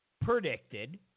predicted